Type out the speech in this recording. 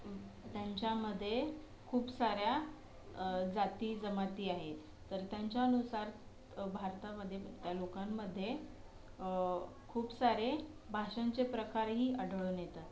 त्यांच्यामधे खूप साऱ्या जाती जमाती आहेत तर त्यांच्यानुसार भारतामध्ये त्या लोकांमध्ये खूप सारे भाषांचे प्रकारही आढळून येतात